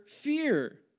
fear